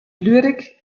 lyrik